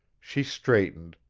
she straightened,